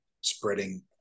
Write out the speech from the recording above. spreading